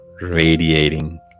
radiating